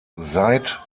seit